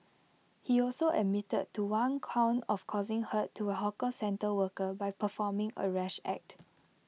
he also admitted to one count of causing hurt to A hawker centre worker by performing A rash act